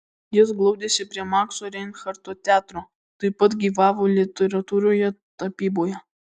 jis glaudėsi prie makso reinharto teatro taip pat gyvavo literatūroje tapyboje